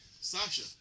Sasha